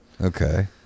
Okay